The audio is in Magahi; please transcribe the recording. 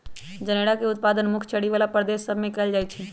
जनेरा के उत्पादन मुख्य चरी बला प्रदेश सभ में कएल जाइ छइ